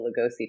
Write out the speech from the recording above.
Lugosi